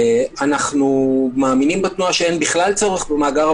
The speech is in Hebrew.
אנחנו מאמינים בתנועה שאין כלל צורך במאגר,